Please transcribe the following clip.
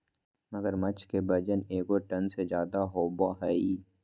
मगरमच्छ के वजन एगो टन से ज्यादा होबो हइ